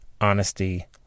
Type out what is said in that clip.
Honesty